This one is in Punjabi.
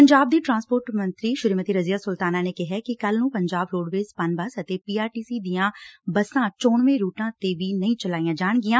ਪੰਜਾਬ ਦੀ ਟਰਾਂਸਪੋਰਟ ਮੰਤਰੀ ਸ੍ਰੀਮਤੀ ਰਜੀਆ ਸੁਲਤਾਨਾ ਨੇ ਕਿਹੈ ਕਿ ਕੱਲ਼ ਨੂੰ ਪੰਜਾਬ ਰੋਡਵੇਜ ਪਨਬਸ ਅਤੇ ਪੀਆਰਟੀਸੀ ਦੀਆਂ ਬੱਸਾਂ ਚੋਣਵੇਂ ਰੂਟਾਂ ਤੇ ਵੀ ਨਹੀ ਚਲਾਈਆਂ ਜਾਣਗੀਆਂ